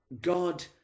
God